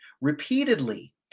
repeatedly